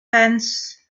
fence